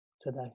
today